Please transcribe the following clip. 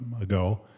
ago